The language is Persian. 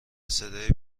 صدای